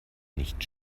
nicht